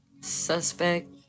suspect